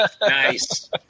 Nice